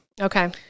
Okay